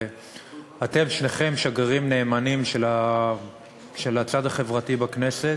אתם שניכם שגרירים נאמנים של הצד החברתי בכנסת.